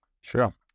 Sure